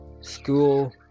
school